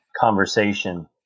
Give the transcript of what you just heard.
conversation